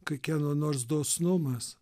kai kieno nors dosnumas